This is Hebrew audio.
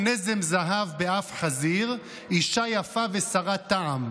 "נזם זהב באף חזיר, אִשה יפה וסרת טעם".